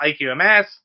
IQMS